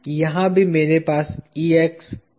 यहाँ भी मेरे पास यह Ex नहीं है